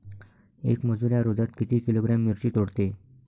येक मजूर या रोजात किती किलोग्रॅम मिरची तोडते?